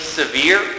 severe